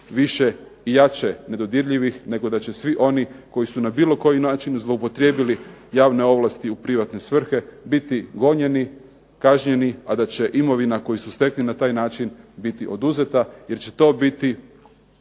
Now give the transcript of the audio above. više i jače nedodirljivih nego da će svi oni koji su na bilo koji način zloupotrijebili javne ovlasti u privatne svrhe biti gonjeni, kažnjeni, a da će imovina koji su stekli na taj način biti oduzeta, jer će to biti